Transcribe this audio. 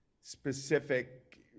specific